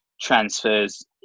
transfers